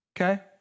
okay